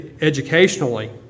educationally